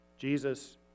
Jesus